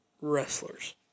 wrestlers